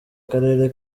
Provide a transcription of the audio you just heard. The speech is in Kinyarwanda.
karere